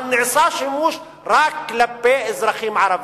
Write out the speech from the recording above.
אבל נעשה שימוש רק כלפי אזרחים ערבים.